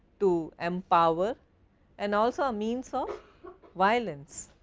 to empower and also a means of violence,